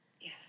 Yes